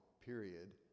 period